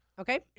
Okay